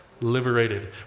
Liberated